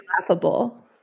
laughable